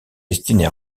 destinés